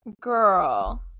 Girl